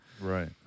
Right